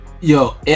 Yo